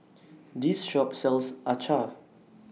This Shop sells Acar